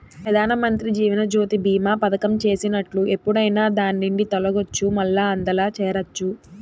పెదానమంత్రి జీవనజ్యోతి బీమా పదకం చేసినట్లు ఎప్పుడైనా దాన్నిండి తొలగచ్చు, మల్లా అందుల చేరచ్చు